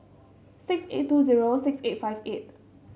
six eight two zero six eight five eight